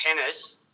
tennis